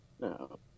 No